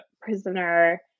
prisoner